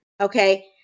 okay